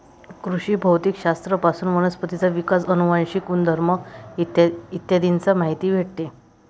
कृषी भौतिक शास्त्र पासून वनस्पतींचा विकास, अनुवांशिक गुणधर्म इ चा माहिती भेटते